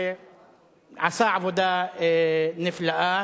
שעשה עבודה נפלאה,